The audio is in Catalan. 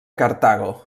cartago